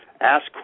Ask